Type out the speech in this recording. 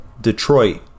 Detroit